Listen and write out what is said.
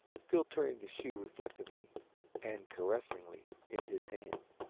still turning the shoe reflectively and caressingly in his hand.